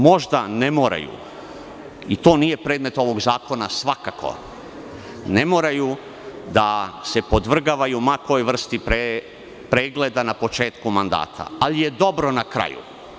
Ministri možda ne moraju, i to nije predmet ovog zakona, svakako, da se podvrgavaju ma kojoj vrsti pregleda na početku mandata, ali je dobro na kraju.